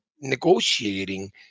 negotiating